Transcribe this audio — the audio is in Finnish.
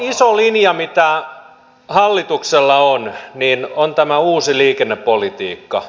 tämä iso linja mitä hallituksella on on tämä uusi liikennepolitiikka